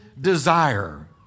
desire